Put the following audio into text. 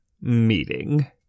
meeting